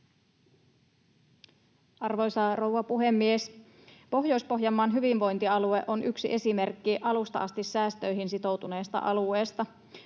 Arvoisa rouva puhemies! Pohjois-Pohjanmaan hyvinvointialue on yksi esimerkki alusta asti säästöihin sitoutuneesta alueesta.